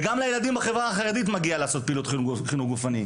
וגם לילדים בחברה החרדית מגיע לעשות פעילות חינוך גופני,